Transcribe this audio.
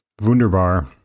Wunderbar